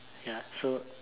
ya so